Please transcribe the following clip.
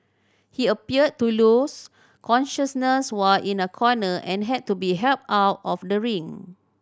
he appeared to lose consciousness while in a corner and had to be helped out of the ring